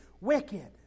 wicked